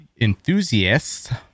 Enthusiasts